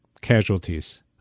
casualties